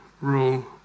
rule